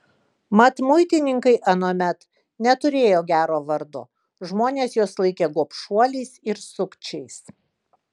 mat muitininkai anuomet neturėjo gero vardo žmonės juos laikė gobšuoliais ir sukčiais